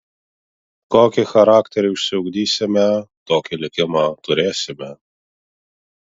kokį charakterį išsiugdysime tokį likimą turėsime